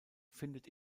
findet